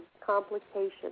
complications